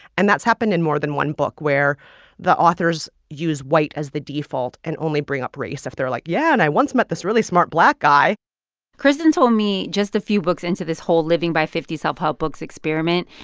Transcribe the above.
and that's happened in more than one book where the authors use white as the default and only bring up race if they're like, yeah, and i once met this really smart black guy kristen told me just a few books into this whole living by fifty self-help books experiment,